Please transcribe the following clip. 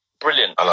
brilliant